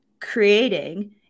creating